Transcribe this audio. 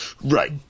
Right